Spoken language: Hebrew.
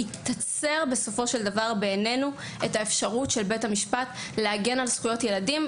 היא תצר בעינינו את האפשרות של בית המשפט להגן על זכויות ילדים,